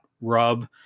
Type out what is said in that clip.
rub